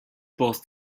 both